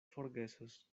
forgesos